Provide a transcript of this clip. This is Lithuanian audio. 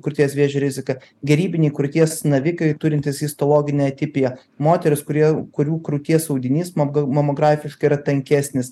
krūties vėžio riziką gerybiniai krūties navikai turintys histologinę atipiją moterys kurie kurių krūties audinys mamgal mamografiškai tankesnis